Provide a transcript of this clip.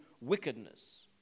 wickedness